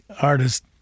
artist